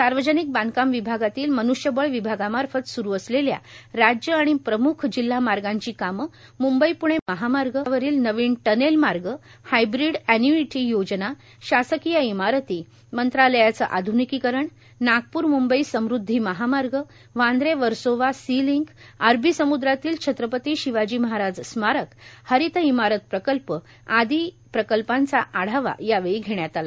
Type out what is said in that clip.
सार्वजनिक बांधकाम विभागातील मन्ष्यबळ विभागामार्फत स्रू असलेल्या राज्य आणि प्रम्ख जिल्हा मार्गांची कामे म्ंबई प्णे महामार्गावरील नवीन टनेल मार्ग हायब्रीड एन्य्इटी योजना शासकीय इमारती मंत्रालयाचे आध्निकीकरण नागपूर मूंबई समृद्धी महामार्ग वांद्रे वर्सोवा सी लिंक अरबी सम्द्रातील छत्रपती शिवाजी महाराज स्मारक हरित इमारत प्रकल्प आदी विविध प्रकल्पांचा आढावा यावेळी घेण्यात आला